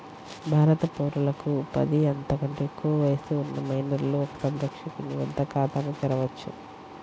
భారత పౌరులకు పది, అంతకంటే ఎక్కువ వయస్సు ఉన్న మైనర్లు ఒక సంరక్షకుని వద్ద ఖాతాను తెరవవచ్చు